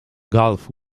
gulf